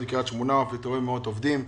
בקרית שמונה ופיטורי מאות עובדים.